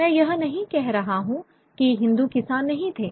मैं यह नहीं कह रहा हूं कि हिंदू किसान नहीं थे